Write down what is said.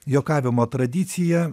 juokavimo tradicija